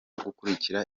gukurikira